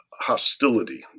hostility